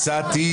הצעתי